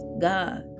God